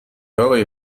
آقای